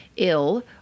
ill